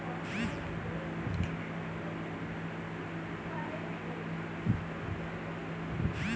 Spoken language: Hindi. कोदो को बोने के एक महीने पश्चात उसमें खाद डाली जा सकती है